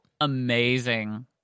Amazing